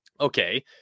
Okay